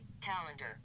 Calendar